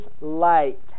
light